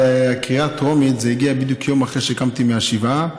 לקריאה הטרומית זה הגיע בדיוק יום אחרי שקמתי מהשבעה.